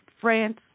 France